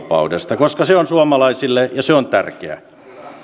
valinnanvapaudesta koska se on suomalaisille ja se on tärkeä